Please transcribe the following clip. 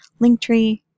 Linktree